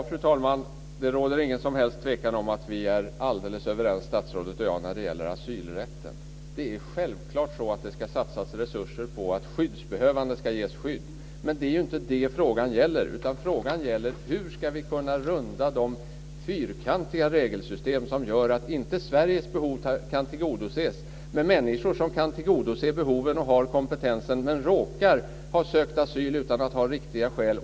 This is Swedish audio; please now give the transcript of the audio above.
Fru talman! Det råder ingen som helst tvekan om att vi är alldeles överens, statsrådet och jag, när det gäller asylrätten. Det är självklart så att det ska satsas resurser på att skyddsbehövande ska ges skydd. Men det är ju inte det som frågan gäller, utan frågan gäller hur vi ska kunna runda de fyrkantiga regelsystem som gör att Sveriges behov inte kan tillgodoses. Det handlar ju om människor som kan tillgodose behoven, har kompetensen men som råkar ha sökt asyl utan att ha riktiga skäl.